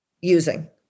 using